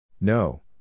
No